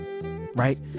right